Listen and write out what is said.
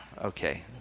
okay